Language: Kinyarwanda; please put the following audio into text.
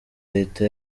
leta